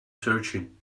searching